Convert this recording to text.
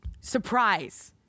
surprise